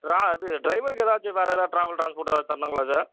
இது டிரைவருக்கு எதாச்சும் வேறு எதாவது ட்ராவல் ட்ரான்ஸ்போர்ட் எதாவது தரன்னுங்களா சார்